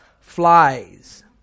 flies